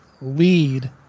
lead